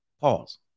Pause